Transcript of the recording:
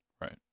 Right